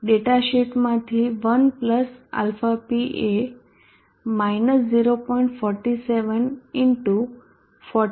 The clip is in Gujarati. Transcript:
ડેટા શીટમાંથી 1αp એ 0